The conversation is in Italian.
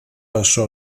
passò